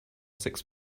six